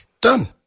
Done